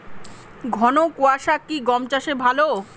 ঘন কোয়াশা কি গম চাষে ভালো?